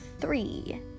three